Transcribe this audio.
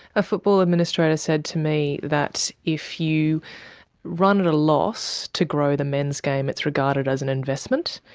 a football administrator said to me that if you run at a loss to grow the men's game it's regarded as an investment,